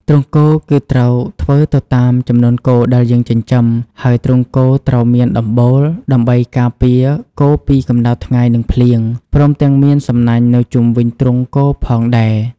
ទ្រុងគោគឺត្រូវធ្វើទៅតាមចំនួនគោដែលយើងចិញ្ចឹម ហើយទ្រុងគោត្រូវមានដំបូលដើម្បីការពារគោពីកម្ដៅថ្ងៃ និងភ្លៀង ព្រមទាំងមានសំណាញនៅជុំវិញទ្រង់គោផងដែរ។